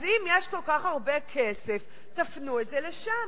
אז אם יש כל כך הרבה כסף, תפנו את זה לשם.